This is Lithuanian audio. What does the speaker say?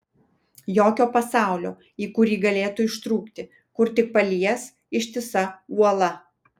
jokio pasaulio į kurį galėtų ištrūkti kur tik palies ištisa uola